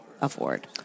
afford